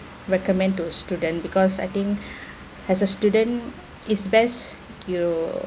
recommend to student because I think as a student is best you